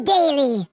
Daily